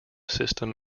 system